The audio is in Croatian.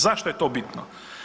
Zašto je to bitno?